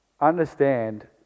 understand